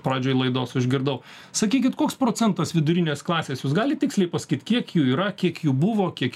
pradžioj laidos užgirdau sakykit koks procentas vidurinės klasės jūs galit tiksliai pasakyt kiek jų yra kiek jų buvo kiek